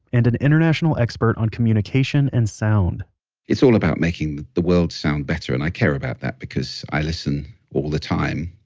and an international expert on communication and sound it's all about making the world sound better. and i care about that because i listen all the time.